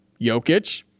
Jokic